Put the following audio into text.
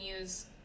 use